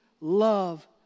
love